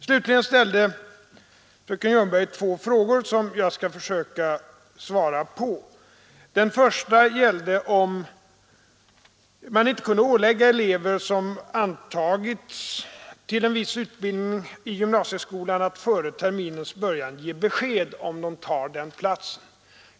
Slutligen ställde fröken Ljungberg två frågor, som jag skall försöka svara på. Den första gällde om man inte kunde ålägga elever som antagits till en viss utbildning i gymnasieskolan att före terminens början ge besked om de tar platsen.